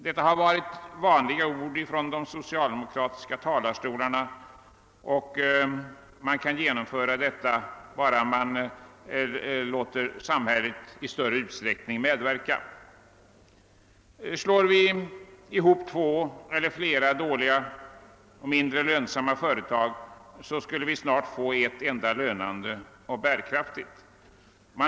Detta har varit vanliga ord från de socialdemokratiska talarstolarna, och man har framhållit att allt kan genomföras bara vi i större utsträckning låter samhället medverka. Slår vi ihop två eller flera mindre lönsamma företag skulle vi snart få ett enda lönande och bärkraftigt företag.